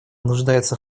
нуждается